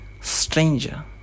stranger